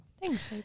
Thanks